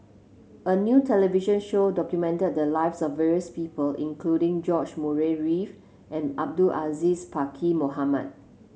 a new television show documented the lives of various people including George Murray Reith and Abdul Aziz Pakkeer Mohamed